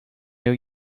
new